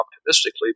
optimistically